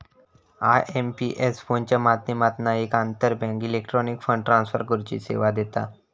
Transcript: IMPS फोनच्या माध्यमातना एक आंतरबँक इलेक्ट्रॉनिक फंड ट्रांसफर करुची सेवा देता